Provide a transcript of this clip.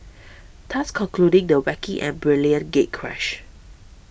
thus concluding the wacky and brilliant gatecrash